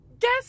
guess